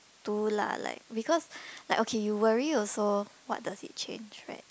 too lah like because like okay you worry also what does it change right